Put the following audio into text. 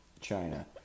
China